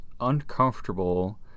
uncomfortable